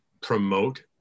promote